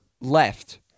left